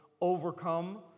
overcome